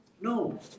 No